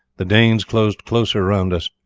the danes closed closer around us.